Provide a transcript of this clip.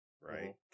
right